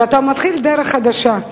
שאתה מתחיל דרך חדשה,